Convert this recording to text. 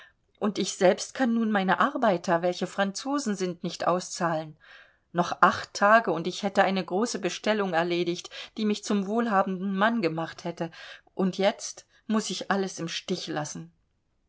und ich selbst kann nun meine arbeiter welche franzosen sind nicht auszahlen noch acht tage und ich hätte eine große bestellung erledigt die mich zum wohlhabenden mann gemacht hätte und jetzt muß ich alles im stiche lassen